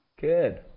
Good